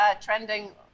trending